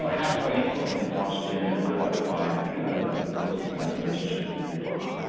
had more influence in washington than it would otherwise, because of the closeness of that relationship at the very top.